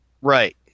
Right